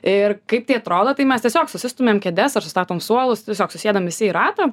ir kaip tai atrodo tai mes tiesiog susistumiam kėdes ar sustatom suolus tiesiog susėdam visi į ratą